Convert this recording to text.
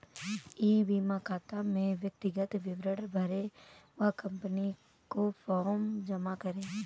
ई बीमा खाता में व्यक्तिगत विवरण भरें व कंपनी को फॉर्म जमा करें